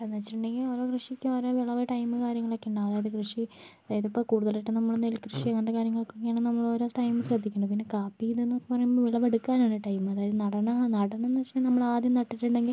ഇപ്പോൾ എന്താണെന്നു വെച്ചിട്ടുണ്ടെങ്കിൽ ഓരോ കൃഷിക്കും ഓരോ വിളവ് ടൈം കാര്യങ്ങളൊക്കെ ഉണ്ട് അതായത് കൃഷി അതായത് ഇപ്പോൾ കൂടുതലായിട്ടും നമ്മൾ നെൽ കൃഷി അങ്ങനത്തെ കാര്യങ്ങൾക്കൊക്കെയാണ് നമ്മൾ ഓരോ ടൈം ശ്രദ്ധിക്കണം പിന്നെ കാപ്പി ഇത് എന്നൊക്കെ പറയുമ്പോൾ വിളവെടുക്കാനാണ് ടൈം അതായത് നടണം എന്ന് വച്ചിട്ടുണ്ടെങ്കിൽ നമ്മൾ ആദ്യം നട്ടിട്ടുണ്ടെങ്കിൽ